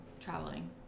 traveling